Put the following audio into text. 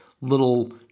little